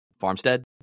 Farmstead